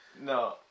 No